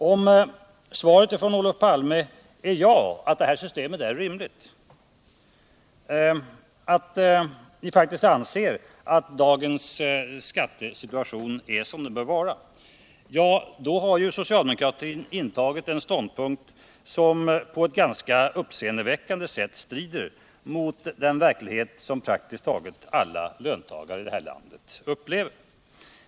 Om svaret från Olof Palme är ja, om han alltså anser att det här systemet är rimligt och att dagens skattesituation är som den bör vara, då har socialdemokratin intagit en ståndpunkt som på ett ganska uppseendeväckande sätt strider mot den verklighet som praktiskt taget alla löntagare i det här landet upplever.